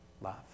love